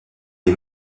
les